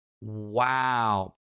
Wow